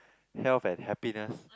health and happiness